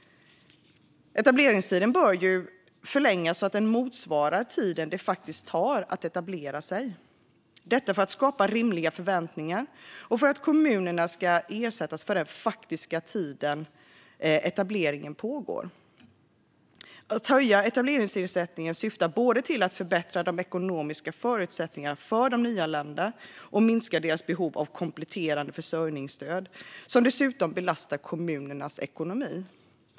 Etableringstiden bör förlängas så att den motsvarar tiden det faktiskt tar att etablera sig. Detta är för att skapa rimliga förväntningar och för att kommunerna ska ersättas för den faktiska tid som etableringen pågår. Att höja etableringsersättningen syftar både till att förbättra de ekonomiska förutsättningarna för de nyanlända och till att minska deras behov av kompletterande försörjningsstöd som dessutom belastar kommunernas ekonomi.